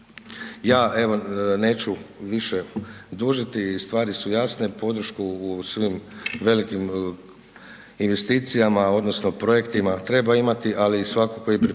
Ja evo neću više dužiti i stvari su jasne, podršku u svim velikim investicijama odnosno projektima treba imati, ali i svakako pripremati